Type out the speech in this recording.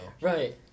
Right